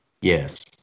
Yes